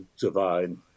divine